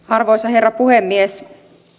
arvoisa herra puhemies